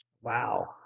Wow